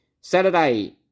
saturday